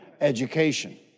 education